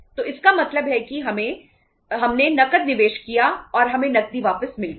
तो इसका मतलब है कि हमने नकद निवेश किया और हमें नकदी वापस मिल गई